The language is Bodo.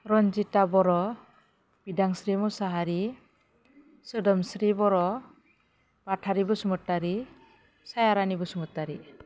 रनजिता बर' बिदांस्रि मुसाहारि सोदोमस्रि बर' आथारि बसुमतारि सायारानि बसुमतारि